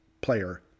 player